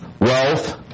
wealth